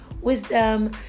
wisdom